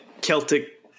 Celtic